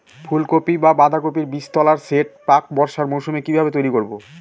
ফুলকপি বা বাঁধাকপির বীজতলার সেট প্রাক বর্ষার মৌসুমে কিভাবে তৈরি করব?